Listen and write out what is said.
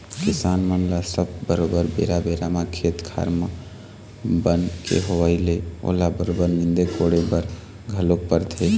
किसान मन ल सब बरोबर बेरा बेरा म खेत खार म बन के होवई ले ओला बरोबर नींदे कोड़े बर घलोक परथे